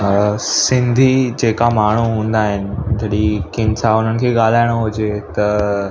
हा सिंधी जेका माण्हू हूंदा आहिनि तॾहिं कंहिंसां हुननि खे ॻाल्हाइणो हुजे त